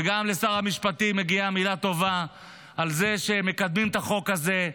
וגם לשר המשפטים מגיעה מילה טובה על זה שהם מקדמים את החוק הזה.